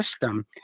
system